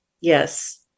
Yes